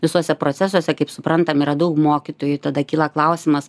visuose procesuose kaip suprantam yra daug mokytojų tada kyla klausimas